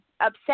upset